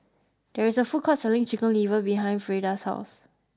there is a food court selling chicken liver behind Freida's house